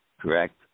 Correct